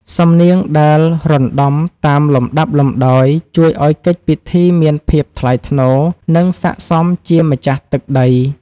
សំនៀងដែលរណ្ដំតាមលំដាប់លំដោយ ជួយឱ្យកិច្ចពិធីមានភាពថ្លៃថ្នូរ និងសក្ដិសមជាម្ចាស់ទឹកដី។